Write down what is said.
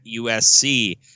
USC